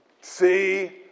see